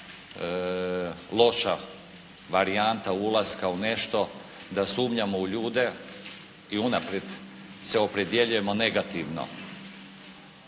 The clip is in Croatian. loša varijanta ulaska u nešto da sumnjamo u ljude i unaprijed se opredjeljujemo negativno.